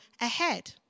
ahead